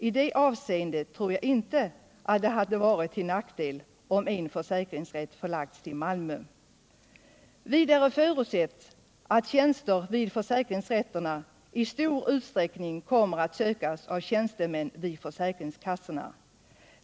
I det avseendet tror jag inte att det hade varit till nackdel om en försäkringsrätt hade förlagts till Malmö. Vidare förutsätts att tjänster vid försäkringsrätterna i stor utsträckning kommer att sökas av tjänstemän hos försäkringskassorna.